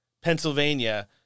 Pennsylvania